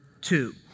two